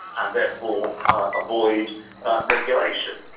um therefore ah avoid regulation.